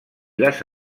les